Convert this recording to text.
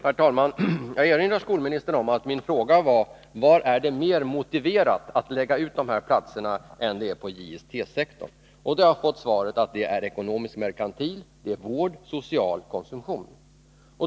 Herr talman! Jag vill erinra skolministern om att min fråga lydde: Var är det mera motiverat att lägga ut dessa platser än på JST-sektorn? Jag har då fått svaret att det är ekonomisk-merkantil utbildning och sektorn vård, social och konsumtion.